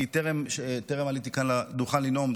טרם עליתי לכאן לדוכן לנאום,